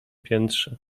piętrze